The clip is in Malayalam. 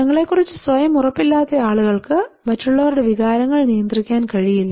തങ്ങളെക്കുറിച്ച് സ്വയം ഉറപ്പില്ലാത്ത ആളുകൾക്ക് മറ്റുള്ളവരുടെ വികാരങ്ങൾ നിയന്ത്രിക്കാൻ കഴിയില്ല